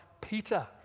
Peter